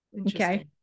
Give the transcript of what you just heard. okay